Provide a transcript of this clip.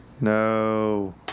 No